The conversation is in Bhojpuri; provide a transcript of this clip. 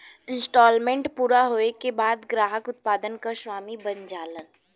इन्सटॉलमेंट पूरा होये के बाद ग्राहक उत्पाद क स्वामी बन जाला